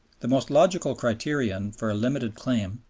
the most logical criterion for a limited claim,